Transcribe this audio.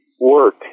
work